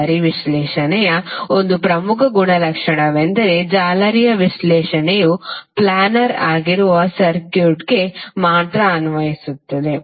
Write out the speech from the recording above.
ಜಾಲರಿ ವಿಶ್ಲೇಷಣೆಯ ಒಂದು ಪ್ರಮುಖ ಗುಣಲಕ್ಷಣವೆಂದರೆ ಜಾಲರಿಯ ವಿಶ್ಲೇಷಣೆಯು ಪ್ಲ್ಯಾನರ್ ಆಗಿರುವ ಸರ್ಕ್ಯೂಟ್ಗೆ ಮಾತ್ರ ಅನ್ವಯಿಸುತ್ತದೆ